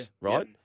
Right